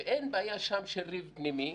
שאין בעיה שם של ריב פנימי.